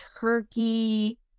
turkey